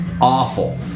awful